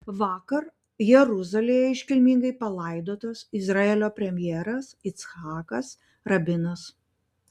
vakar jeruzalėje iškilmingai palaidotas izraelio premjeras icchakas rabinas